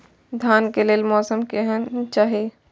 धान के लेल मौसम केहन चाहि?